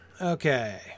Okay